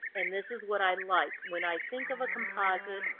and this is what i like. when i think of a composite,